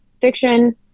fiction